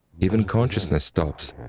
even consciousness stops,